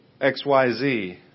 XYZ